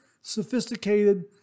sophisticated